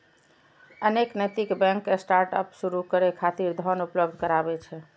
अनेक नैतिक bank startup शुरू करै खातिर धन उपलब्ध कराबै छै